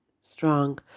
strong